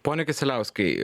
pone kisieliauskai